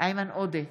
איימן עודה,